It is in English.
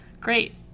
great